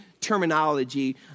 terminology